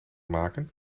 maken